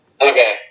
Okay